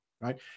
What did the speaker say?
right